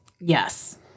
yes